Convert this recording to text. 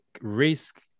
risk